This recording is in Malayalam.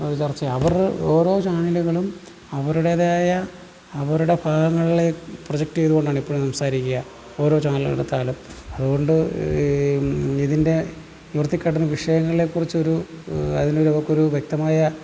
ചർച്ച അവരുടെ ഓരോ ചാനലുകളും അവരുടേതായ അവരുടെ ഭാഗങ്ങളിലേക്ക് പ്രൊജക്റ്റ് ചെയ്തു കൊണ്ടാണ് എപ്പോഴും സംസാരിക്കുക ഓരോ ചാനലുകൾ എടുത്താലും അതുകൊണ്ട് ഇതിൻ്റെ ഉയർത്തി കാട്ടുന്ന വിഷയങ്ങളെ കുറിച്ചൊരു അതിന് അവർക്കൊരു വ്യക്തമായ